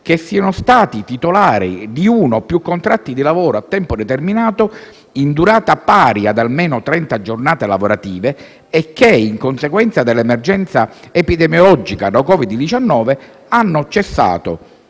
che siano stati titolari di uno o più contratti di lavoro a tempo determinato, di durata pari ad almeno trenta giornate lavorative, e che in conseguenza dell'emergenza epidemiologica da Covid-19, hanno cessato,